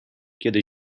kiedy